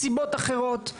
מסיבות אחרות,